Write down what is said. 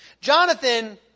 Jonathan